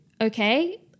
okay